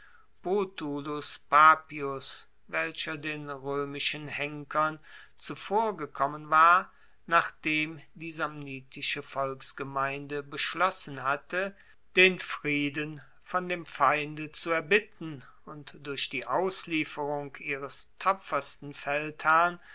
brutulus papius welcher den roemischen henkern zuvorgekommen war nachdem die samnitische volksgemeinde beschlossen hatte den frieden von dem feinde zu erbitten und durch die auslieferung ihres tapfersten feldherrn